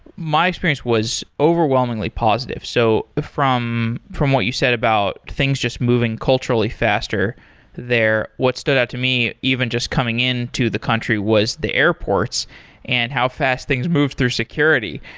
my experience was overwhelmingly positive. so from from what you said about things just moving culturally faster there, what stood out to me even just coming into the country was the airports and how fast things moved through security.